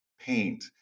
paint